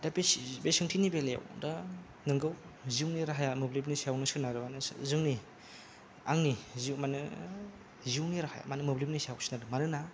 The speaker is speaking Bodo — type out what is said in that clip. दा बे सो सोंथिनि बेलायाव दा नोंगौ जिउनि राहाया मोब्लिबनि सायावनो सोनारो जोंनि आंनि माने जिउनि राहाया मोब्लिबनि सायाव सोनारो मानोना